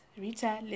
Rita